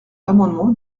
l’amendement